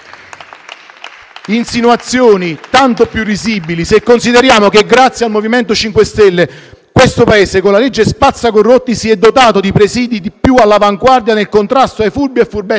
Insinuazioni tanto più risibili se consideriamo che, grazie al MoVimento 5 Stelle, questo Paese, con la legge spazza corrotti, si è dotato di presidi più all'avanguardia nel contrasto ai furbi e furbetti vari.